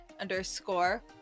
underscore